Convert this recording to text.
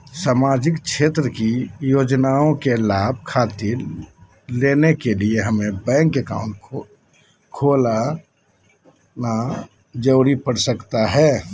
सामाजिक क्षेत्र की योजनाओं के लाभ खातिर लेने के लिए हमें बैंक अकाउंट खोला महिना जरूरी पड़ सकता है?